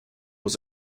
was